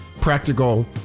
practical